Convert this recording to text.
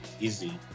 easy